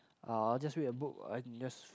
uh I'll just read a book or I can just